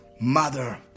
mother